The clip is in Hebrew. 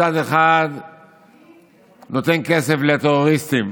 מצד אחד נותן כסף לטרוריסטים,